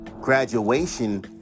graduation